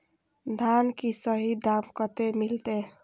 धान की सही दाम कते मिलते?